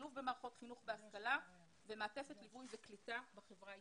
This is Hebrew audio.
שילוב במערכות חינוך והשכלה ומעטפת ליווי וקליטה בחברה הישראלית.